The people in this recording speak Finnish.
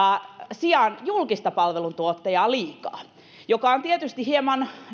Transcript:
sijaan julkista palveluntuottajaa liikaa mikä on tietysti hieman